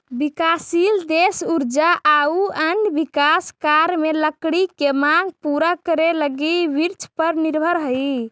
विकासशील देश ऊर्जा आउ अन्य विकास कार्य में लकड़ी के माँग पूरा करे लगी वृक्षपर निर्भर हइ